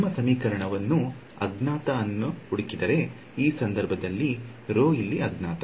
ನಿಮ್ಮ ಸಮೀಕರಣವನ್ನು ಅಜ್ಞಾತ ಅನ್ನು ಹುಡುಕಿದರೆ ಈ ಸಂದರ್ಭದಲ್ಲಿ ಇಲ್ಲಿ ಅಜ್ಞಾತ